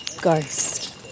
ghost